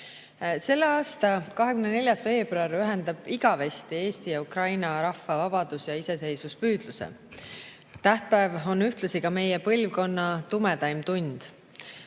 aasta 24. veebruar ühendab igavesti Eesti ja Ukraina rahva vabadus- ja iseseisvuspüüdluse. See tähtpäev on ühtlasi ka meie põlvkonna tumedaim tund,